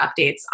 updates